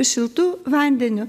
šiltu vandeniu